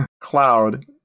Cloud